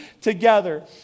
together